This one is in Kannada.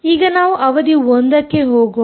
ಈಗ ನಾವು ಅವಧಿ 1 ಕ್ಕೆ ಹೋಗೋಣ